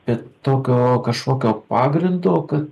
bet tokio kažkokio pagrindo kad